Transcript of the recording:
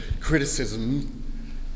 criticism